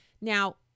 Now